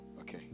Okay